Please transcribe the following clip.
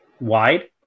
wide